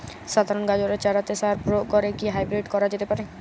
সাধারণ গাজরের চারাতে সার প্রয়োগ করে কি হাইব্রীড করা যেতে পারে?